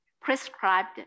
prescribed